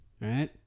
right